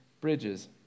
bridges